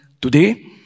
today